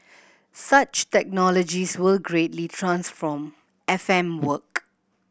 such technologies will greatly transform F M work